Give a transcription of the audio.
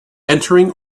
entering